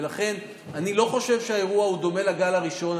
ולכן אני לא חושב שהאירוע דומה לגל הראשון.